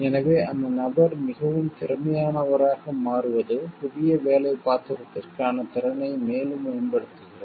எனவே அந்த நபர் மிகவும் திறமையானவராக மாறுவது புதிய வேலைப் பாத்திரத்திற்கான திறனை மேலும் மேம்படுத்துகிறது